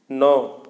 नौ